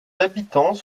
habitants